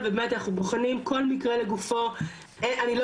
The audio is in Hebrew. אני לא יכולה לתת פה אמירה גורפת שלכולם אנחנו ננכה,